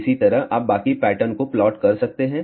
इसी तरह आप बाकी पैटर्न को प्लॉट कर सकते हैं